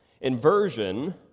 inversion